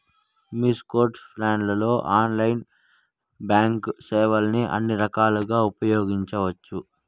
నీ స్కోర్ట్ ఫోన్లలో ఆన్లైన్లోనే బాంక్ సేవల్ని అన్ని రకాలుగా ఉపయోగించవచ్చు